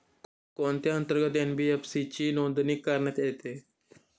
कोणत्या अंतर्गत एन.बी.एफ.सी ची नोंदणी करण्यात येते?